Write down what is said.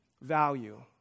value